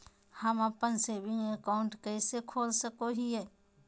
हम अप्पन saving account कइसे खोल सको हियै?